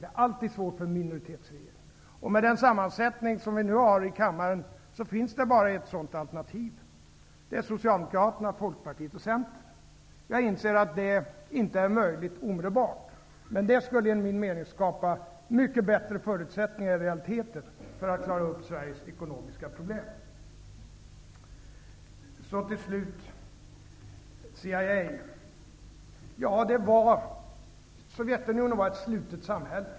Det är alltid svårt för en minoritetsregering. Med den sammansättning som kammaren nu har, finns det bara ett sådant alternativ, nämligen Socialdemokraterna, Folkpartiet och Centern. Jag inser att det inte är möjligt omedelbart. Men det skulle enligt min mening skapa mycket bättre förutsättningar i realiteten för att man skulle klara av Sveriges ekonomiska problem. Till slut skall jag beträffande CIA säga följande. Sovjetunionen var ett slutet samhälle.